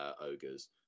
Ogres